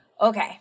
Okay